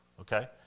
okay